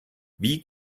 wie